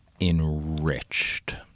enriched